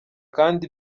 kandi